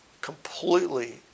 completely